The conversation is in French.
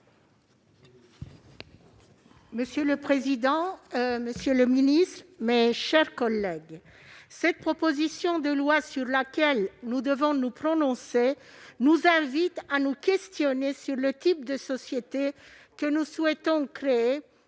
Monsieur le président, madame la ministre, mes chers collègues, la proposition de loi sur laquelle nous devons nous prononcer nous invite à nous questionner sur le type de société que nous souhaitons créer